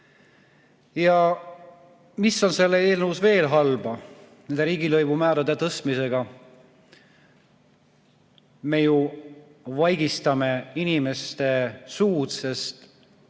Mis on selles eelnõus veel halba? Nende riigilõivumäärade tõstmisega me ju vaigistame inimeste suud, sest